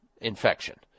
infection